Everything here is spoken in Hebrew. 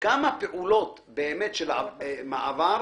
כמה פעולות של מעבר,